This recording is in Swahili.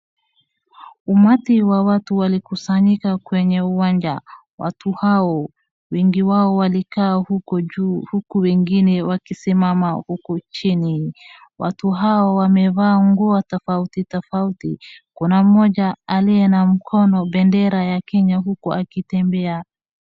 Umati wa watu walikusanyika kwenye uwanja. Watu hao, wengi wao walikaa uko juu uku wengine wakisimama huku chini. Watu hao wamevaa nguo tofauti tofauti. Kuna mmoja aliye na mkono bendera ya Kenya uku akitembea.